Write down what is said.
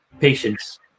patience